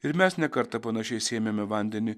ir mes ne kartą panašiai sėmėme vandenį